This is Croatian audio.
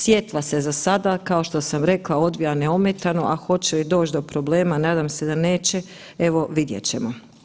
Sjetva se za sada kao što sam rekla odvija neometano, a hoće li doći do problema, nadam se da neće, evo vidjet ćemo.